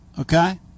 okay